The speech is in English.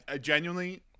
genuinely